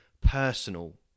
personal